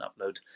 upload